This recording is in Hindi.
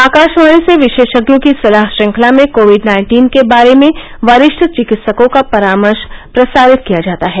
आकाशवाणी से विशेषज्ञों की सलाह श्रृंखला में कोविड नाइन्टीन के बारे में वरिष्ठ चिकित्सकों का परामर्श प्रसारित किया जाता है